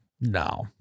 No